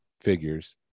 figures